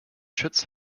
schütz